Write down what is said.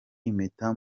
impeta